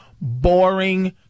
boring